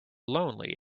lonely